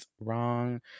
wrong